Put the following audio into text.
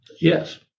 Yes